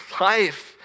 life